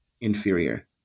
inferior